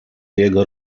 jego